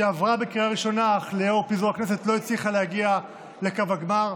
היא עברה בקריאה ראשונה אך בשל פיזור הכנסת לא הצליחה להגיע לקו הגמר,